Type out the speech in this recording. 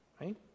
Right